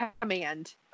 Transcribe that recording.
command